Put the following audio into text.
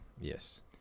Yes